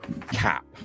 cap